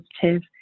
positive